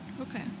Okay